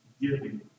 giving